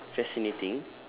fascinating